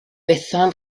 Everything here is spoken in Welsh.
bethan